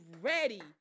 ready